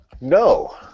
No